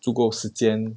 足够时间